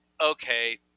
okay